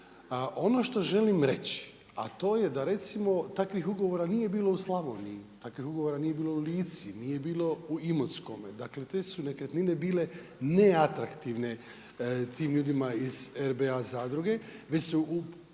ono što želim reći, a to je da recimo takvih ugovora nije bilo u Slavoniji, takvih ugovora nije bilo u Lici, nije bilo u Imotskome, dakle te su nekretnine bile neatraktivne tim ljudima iz RBA zadruge, već su